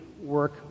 work